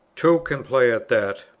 two can play at that,